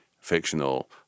fictional